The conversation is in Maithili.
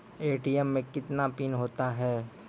ए.टी.एम मे कितने पिन होता हैं?